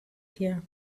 here